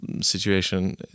situation